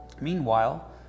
Meanwhile